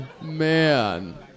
Man